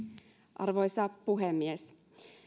arvoisa puhemies